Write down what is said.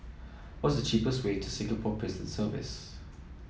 what is the cheapest way to Singapore Prison Service